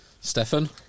Stefan